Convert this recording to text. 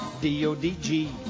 D-O-D-G